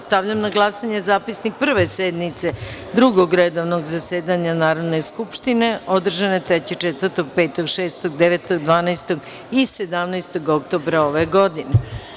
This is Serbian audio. Stavljam na glasanje zapisnik Prve sednice Drugog redovnog Narodne skupštine, održane 3, 4, 5, 6, 9, 12. i 17. oktobra ove godine.